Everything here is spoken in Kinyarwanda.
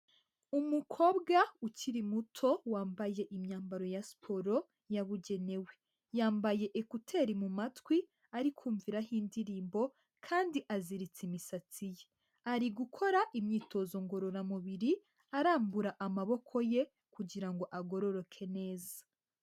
Umukobwa ukiri muto wambaye imyambaro ya siporo yabugenewe, yambaye ekuteri mu matwi ari kumviraho indirimbo kandi aziritse imisatsi ye, ari gukora imyitozo ngororamubiri arambura amaboko ye kugira ngo agororoke neza.